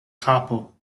kapo